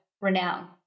renowned